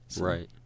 Right